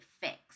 fix